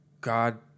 god